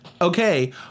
okay